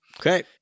Okay